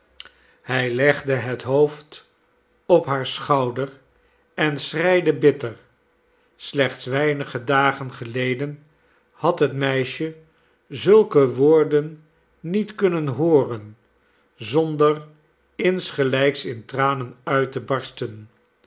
hij legde zijn hoofd op haar schouder en schreide bitter slechts weinige dagen geleden had het meisje zulke woorden niet kunnen hooren zonder insgelijks in tranen uit te barsten